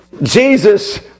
Jesus